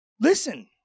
listen